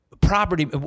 property